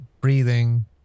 breathing